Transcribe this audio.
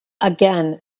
again